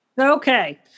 Okay